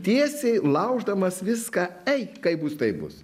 tiesiai lauždamas viską ei kaip bus taip bus